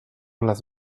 las